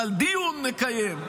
אבל דיון נקיים.